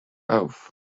oath